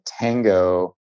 tango